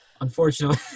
unfortunately